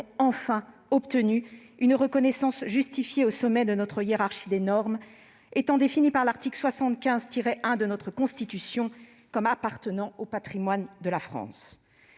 enfin, obtenu une reconnaissance justifiée au sommet de notre hiérarchie des normes, étant définies par l'article 75-1 de notre Constitution comme « appartenant au patrimoine de la France